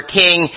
king